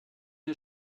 ist